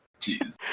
Jeez